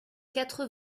quatre